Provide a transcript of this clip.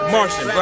Martian